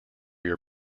your